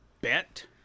bet